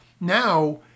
now